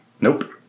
Nope